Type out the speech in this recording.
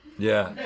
yeah,